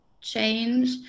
change